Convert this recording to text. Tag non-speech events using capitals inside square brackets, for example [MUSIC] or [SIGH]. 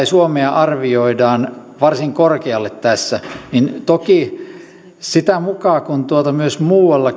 [UNINTELLIGIBLE] suomea arvioidaan varsin korkealle tässä niin toki sitä mukaa kuin myös muualla [UNINTELLIGIBLE]